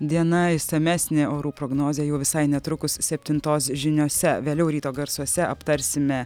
diena išsamesnė orų prognozė jau visai netrukus septintos žiniose vėliau ryto garsuose aptarsime